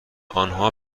آنها